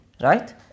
Right